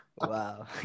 wow